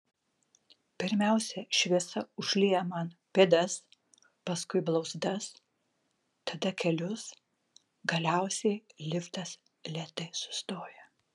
pirmiausia šviesa užlieja man pėdas paskui blauzdas tada kelius galiausiai liftas lėtai sustoja